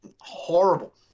horrible